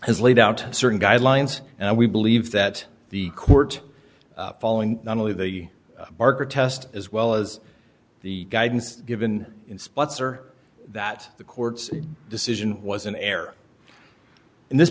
has laid out certain guidelines and we believe that the court following not only the marker test as well as the guidance given in spots are that the court's decision was an error in this